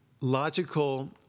logical